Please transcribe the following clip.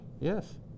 Yes